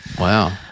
Wow